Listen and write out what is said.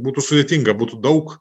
būtų sudėtinga būtų daug